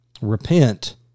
Repent